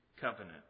covenant